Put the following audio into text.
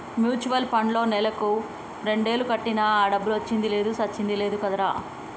mutual పండ్లో నెలకు రెండేలు కట్టినా ఆ డబ్బులొచ్చింది లేదు సచ్చింది లేదు కదరా